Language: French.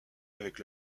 avec